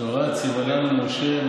"תורה צוה לנו משה,